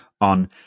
on